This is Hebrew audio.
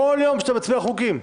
כל יום שאתה מצביע על חוקים,